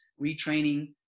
retraining